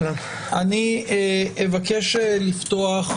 אני אבקש לפתוח